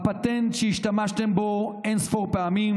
שהפטנט שהשתמשתם בו אין-ספור פעמים,